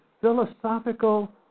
philosophical